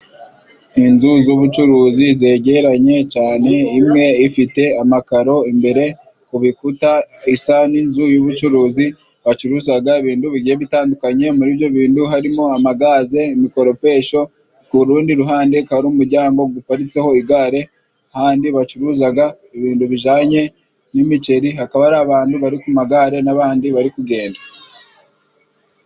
Inzu z'ubucuruzi zegeranye cyane, imwe ifite amakaro imbere ku bikuta isa n'inzu y'ubucuruzi bacuruzaga ibintu bigiye bitandukanye, muri ibyo bintu harimo amagaze, imikoropesho, ku rundi ruhande akaba ari umuryango guparitseho igare, ahandi bacuruzaga ibintu bijanye n'imiceri, akaba ari abantu bari ku magare n'abandi bari kugenda.